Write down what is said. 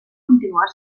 continuar